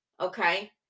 okay